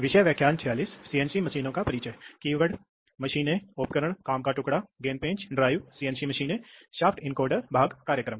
keywords pilot दबाव प्रवाह नियंत्रण वाल्व एक्चुएटर दिशा नियंत्रण वाल्व निकास वाल्व प्रवाह नियंत्रण चेक वाल्व पायलट पोर्ट